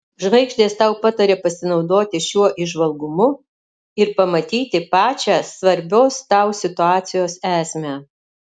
žvaigždės tau pataria pasinaudoti šiuo įžvalgumu ir pamatyti pačią svarbios tau situacijos esmę